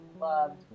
loved